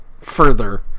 further